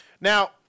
Now